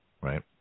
right